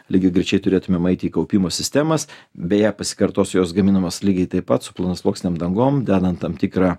lygiagrečiai turėtumėm eiti į kaupimo sistemas beje paskirtosiu jos gaminamos lygiai taip pat su plonasluoksnėm dangom dedant tam tikrą